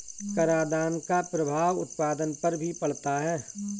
करादान का प्रभाव उत्पादन पर भी पड़ता है